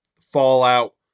fallout